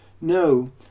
No